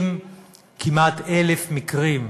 אם כמעט 1,000 מקרים,